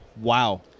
Wow